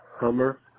Hummer